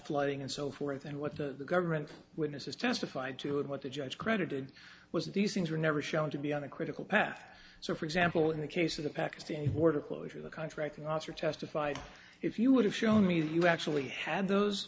flooding and so forth and what the government witnesses testified to and what the judge credited was that these things were never shown to be on a critical path so for example in the case of the pakistan border closure the contracting officer testified if you would have shown me that you actually had those